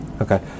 Okay